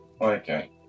Okay